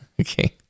Okay